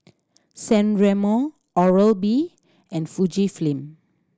San Remo Oral B and Fujifilm